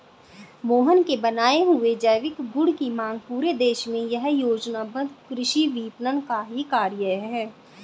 मोहन के बनाए हुए जैविक गुड की मांग पूरे देश में यह योजनाबद्ध कृषि विपणन का ही कार्य है